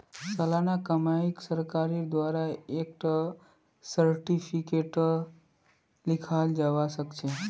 सालाना कमाईक सरकारेर द्वारा एक टा सार्टिफिकेटतों लिखाल जावा सखछे